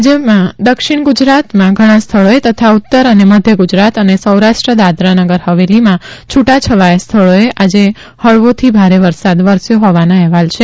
રાજ્યમાં દક્ષિણ ગુજરાતમાં ઘણાં સ્થળોએ તથા ઉત્તર અને મધ્ય ગુજરાત અને સૌરાષ્ટ્ર દાદરાનગર હવેલીમાં છુટા છવાયા સ્થળોએ આજે હળવોથી ભારે વરસાદ વરસ્યો હોવાના અહેવાલ છે